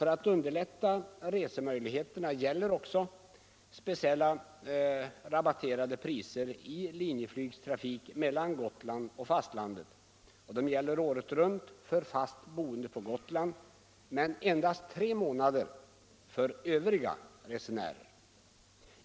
För att underlätta resemöjligheterna gäller också speciellt rabatterade priser i Linjeflygs trafik mellan Gotland och fastlandet. Dessa lägre priser gäller året runt för fast boende på Gotland men endast tre sommarmånader för övriga resenärer.